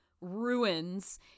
ruins